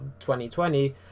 2020